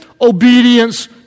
obedience